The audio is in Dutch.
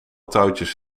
touwtjes